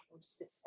system